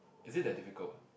is it that difficult